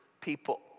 people